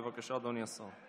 בבקשה, אדוני השר.